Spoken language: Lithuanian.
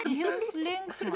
jums linksma